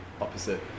opposite